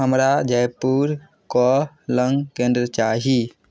हमरा जयपुर कऽ लग केंद्र चाही